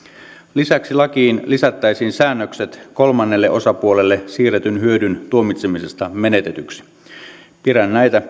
lisäksi lakiin lisättäisiin säännökset kolmannelle osapuolelle siirretyn hyödyn tuomitsemisesta menetetyksi pidän näitä